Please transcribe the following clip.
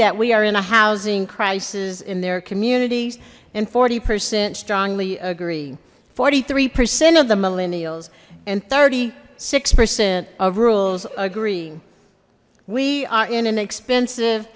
that we are in a housing crisis in their communities and forty percent strongly agree forty three percent of the millennials and thirty six percent of rules agree we are in an expensive